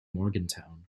morgantown